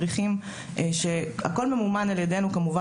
לא קשור למבטא, ממש